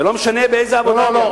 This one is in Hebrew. ולא משנה באיזו עבודה הם יעבדו.